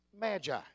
magi